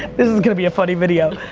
this is gonna be a funny video.